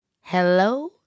hello